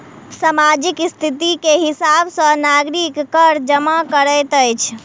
सामाजिक स्थिति के हिसाब सॅ नागरिक कर जमा करैत अछि